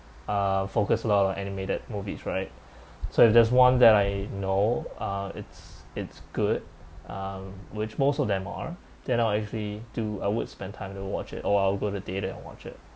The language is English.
uh focus a lot on animated movies right so if there's one that I know uh it's it's good um which most of them are then I'll actually do I would spend time to watch it or I'll go to theater and watch it